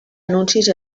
anuncis